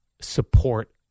support